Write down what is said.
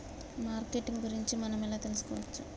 Marketing గురించి మనం ఎలా తెలుసుకోవచ్చు?